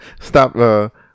stop